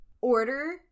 order